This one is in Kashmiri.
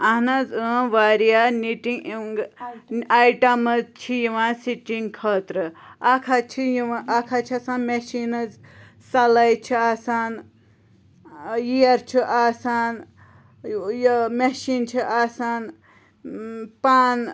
اہن حظ واریاہ نِٹِنٛگ آیٹَمٕز چھِ یِوان سِٹچِنٛگ خٲطرٕ اَکھ حظ چھِ یِوان اَکھ حظ چھِ آسن مٮ۪شیٖنٕز سَلٲے چھِ آسان یِیَر چھُ آسان یہِ مٮ۪شیٖن چھِ آسان پَن